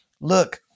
look